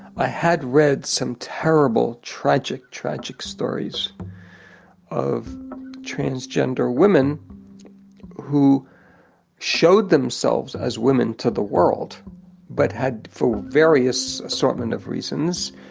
i had read some terrible, tragic, tragic stories of transgender women who showed themselves as women to the world but had for various assortment of reasons,